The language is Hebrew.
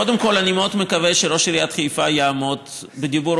קודם כול אני מאוד מקווה שראש עירית חיפה יעמוד בדיבורו.